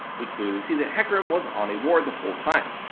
we clearly see that hecarim was on a ward the whole time.